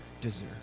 deserve